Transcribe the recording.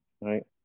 right